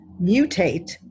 mutate